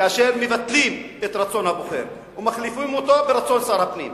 כאשר מבטלים את רצון הבוחר ומחליפים אותו ברצון שר הפנים.